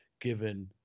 given